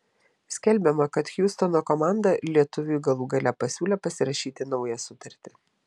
skelbiama kad hjustono komanda lietuviui galų gale pasiūlė pasirašyti naują sutartį